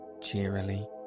cheerily